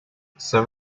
some